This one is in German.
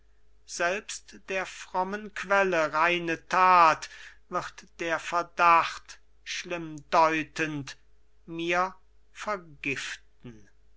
selbst der frommen quelle reine tat wird der verdacht schlimmdeutend mir vergiften